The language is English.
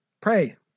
Pray